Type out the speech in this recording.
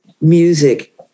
music